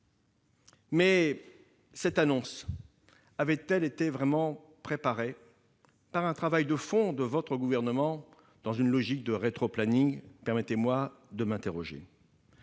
mais cette annonce avait-elle été vraiment préparée par un travail de fond de votre gouvernement, dans une logique de rétroplanning ? Permettez-moi, sur ce